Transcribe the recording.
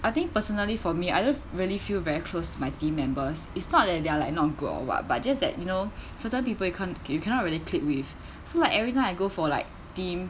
I think personally for me I don't really feel very close to my team members it's not that they are like not good or what but just that you know certain people you can't you cannot really click with so like everytime I go for like team